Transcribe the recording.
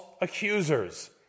accusers